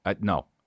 No